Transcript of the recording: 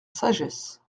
sagesse